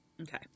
Okay